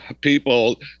people